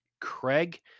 Craig